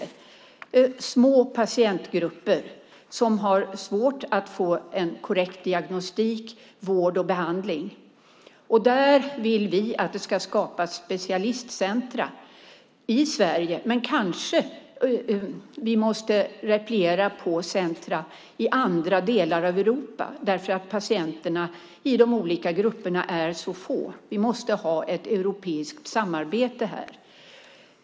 Det är små patientgrupper som har svårt att få en korrekt diagnostik, vård och behandling. Vi vill att det ska skapas specialistcenter i Sverige, men vi kanske måste repliera på center i andra delar av Europa eftersom patienterna i de olika grupperna är så få. Vi måste ha ett europeiskt samarbete här.